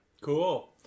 Cool